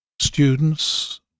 students